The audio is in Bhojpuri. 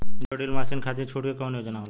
जीरो डील मासिन खाती छूट के कवन योजना होला?